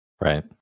right